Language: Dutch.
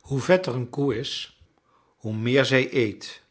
hoe vetter een koe is hoe meer zij eet